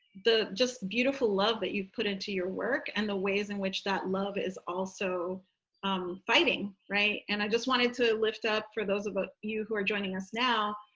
just beautiful love that you've put into your work, and the ways in which that love is also fighting. right. and i just wanted to lift up for those of ah you who are joining us now,